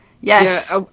Yes